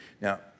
Now